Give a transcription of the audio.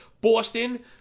Boston